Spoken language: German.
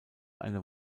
eine